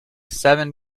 seven